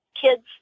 kids